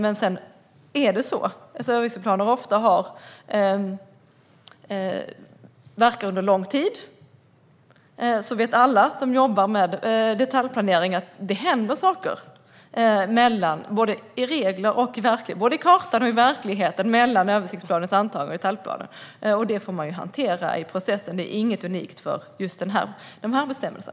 Eftersom översiktsplaner ofta verkar under lång tid vet alla som jobbar med detaljplanering att det händer saker både på kartan och i verkligheten mellan översiktsplanens antagande och detaljplanen, och det får man hantera i processen. Det är inget unikt för just dessa bestämmelser.